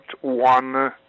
one